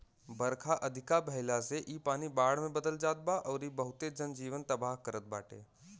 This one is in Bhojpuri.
बरखा अधिका भयला से इ पानी बाढ़ में बदल जात बा अउरी बहुते जन जीवन तबाह करत बाटे